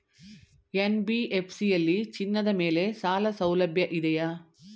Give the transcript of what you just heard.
NBFC ಯಲ್ಲಿ ಚಿನ್ನದ ಮೇಲೆ ಸಾಲಸೌಲಭ್ಯ ಇದೆಯಾ?